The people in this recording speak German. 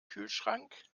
kühlschrank